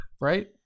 Right